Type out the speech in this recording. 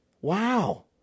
wow